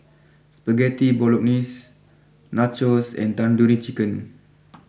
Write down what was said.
Spaghetti Bolognese Nachos and Tandoori Chicken